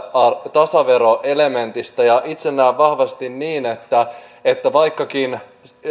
tasaveroelementistä ja itse näen vahvasti niin että että vaikkakin